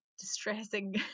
distressing